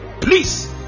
please